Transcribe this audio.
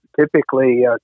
typically